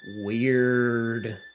weird